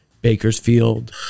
Bakersfield